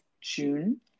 June